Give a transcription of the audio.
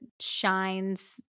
shines